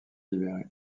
libéré